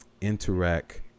interact